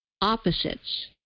opposites